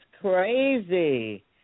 crazy